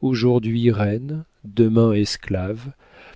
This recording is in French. aujourd'hui reines demain esclaves